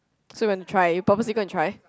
so you went to try you purposely go and try